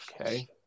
Okay